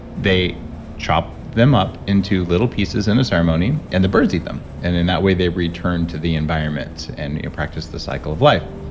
they chop them up into little pieces in the ceremony and the birds eat them. and in that way they returned to the environment and you practice the cycle of life.